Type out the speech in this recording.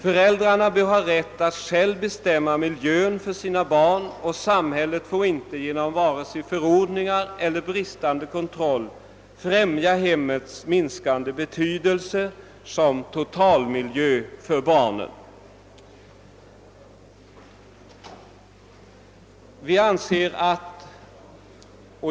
Föräldrarna bör ha rätt att själva bestämma miljön för sina barn, och samhället får inte vare sig genom förordningar eller genom bristande kontroll främja en minskning av hemmets betydelse som totalmiljö för barnen.